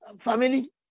family